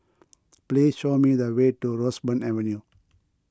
please show me the way to Roseburn Avenue